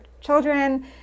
children